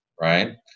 right